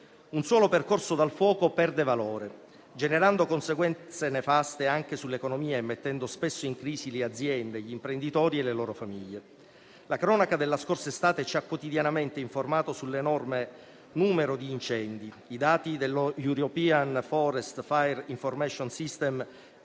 Un suolo percorso dal fuoco perde valore, generando conseguenze nefaste anche sull'economia e mettendo spesso in crisi le aziende, gli imprenditori e le loro famiglie. La cronaca della scorsa estate ci ha quotidianamente informato sull'enorme numero di incendi, i dati dello European Forest Fire Information Systems